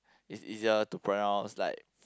is easier to pronounce like